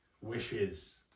Wishes